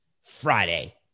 Friday